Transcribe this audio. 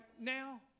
now